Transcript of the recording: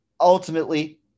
Ultimately